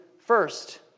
first